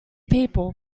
people